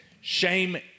Shame